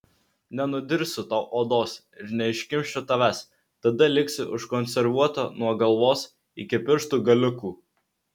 nenudirsiu tau odos ir neiškimšiu tavęs tada liksi užkonservuota nuo galvos iki pirštų galiukų